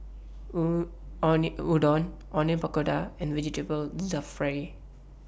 Udon Onion Pakora and Vegetable Jalfrezi